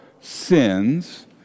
sins